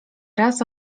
raz